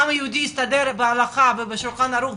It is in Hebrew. העם היהודי הסתדר בהלכה ובשולחן ערוך,